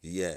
yeah